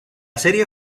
serie